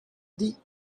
dih